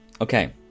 Okay